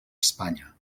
espanya